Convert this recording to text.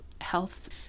health